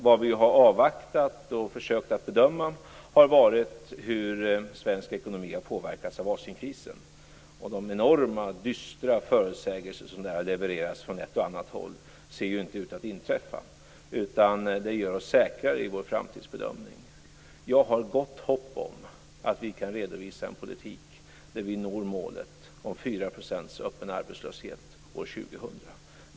Vad vi har avvaktat och försökt att bedöma är hur svensk ekonomi har påverkats av Asienkrisen. De enorma, dystra förutsägelser som har levererats från ett och annat håll ser ju inte ut att inträffa, och det gör oss säkrare i vår framtidsbedömning. Jag har gott hopp om att vi kan redovisa en politik, där vi når målet 4 % öppen arbetslöshet år 2000.